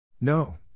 No